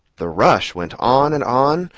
the rush went on and on,